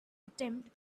attempt